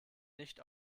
nicht